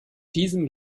diesem